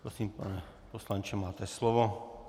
Prosím, pane poslanče, máte slovo.